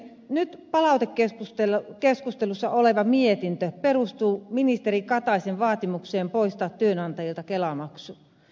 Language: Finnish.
nyt palautekeskustelussa oleva mietintö perustuu ministeri kataisen vaatimukseen poistaa työnantajilta kelamaksu